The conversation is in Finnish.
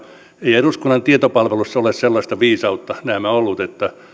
ja ei eduskunnan tietopalvelussa ole sellaista viisautta näemmä ollut että